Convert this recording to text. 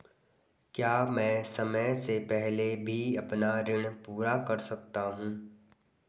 क्या मैं समय से पहले भी अपना ऋण पूरा कर सकता हूँ?